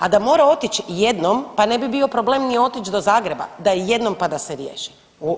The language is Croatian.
A da mora otić jednom, pa ne bi bio problem ni otić do Zagreba, da je jednom, pa da se riješi.